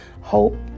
Hope